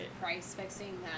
price-fixing